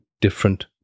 different